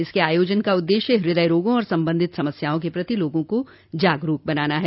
इसके आयोजन का उद्देश्य हृदय रोगों और संबंधित समस्याओं के प्रति लोगों को जागरूक बनाना है